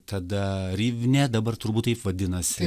tada ryvnia dabar turbūt taip vadinasi